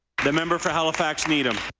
the member for halifax needham.